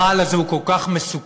הרעל הזה הוא כל כך מסוכן,